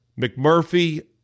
McMurphy